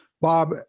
Bob